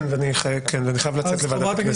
כן, ואני חייב לצאת לוועדת הכנסת.